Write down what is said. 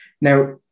Now